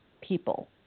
people